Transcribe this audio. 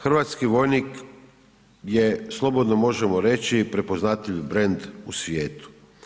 Hrvatski vojnik je slobodno možemo reći prepoznatljiv brend u svijetu.